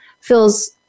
feels